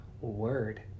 word